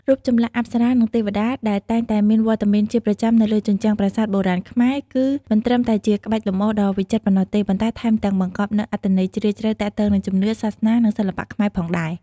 រូបចម្លាក់ អប្សរា និង ទេវតា ដែលតែងតែមានវត្តមានជាប្រចាំនៅលើជញ្ជាំងប្រាសាទបុរាណខ្មែរ គឺមិនត្រឹមតែជាក្បាច់លម្អដ៏វិចិត្រប៉ុណ្ណោះទេ ប៉ុន្តែថែមទាំងបង្កប់នូវអត្ថន័យជ្រាលជ្រៅទាក់ទងនឹងជំនឿ សាសនា និងសិល្បៈខ្មែរផងដែរ។